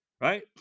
right